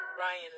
Ryan